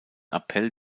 appell